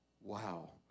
Wow